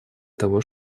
того